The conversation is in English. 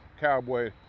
cowboy